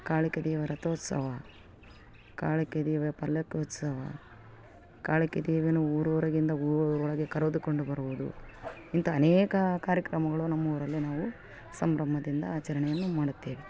ಕಾಳಿಕ ದೇವಿಯ ರಥೋತ್ಸವ ಕಾಳಿಕ ದೇವಿಯ ಪಲ್ಲಕ್ಕಿ ಉತ್ಸವ ಕಾಳಿಕ ದೇವಿಯನ್ನು ಊರೊರಗಿಂದ ಊರೊಳಗೆ ಕರೆದುಕೊಂಡು ಬರುವುದು ಇಂಥ ಅನೇಕ ಕಾರ್ಯಕ್ರಮಗಳು ನಮ್ಮೂರಲ್ಲಿ ನಾವು ಸಂಭ್ರಮದಿಂದ ಆಚರಣೆಯನ್ನು ಮಾಡುತ್ತೇವೆ